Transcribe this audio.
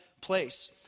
place